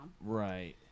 Right